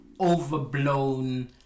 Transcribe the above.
overblown